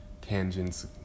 tangents